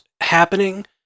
happening